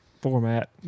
format